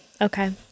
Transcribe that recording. okay